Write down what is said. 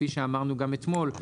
כפי שאמרנו גם אתמול,